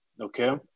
Okay